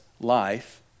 life